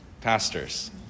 pastors